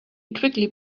quickly